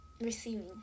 Receiving